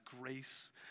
grace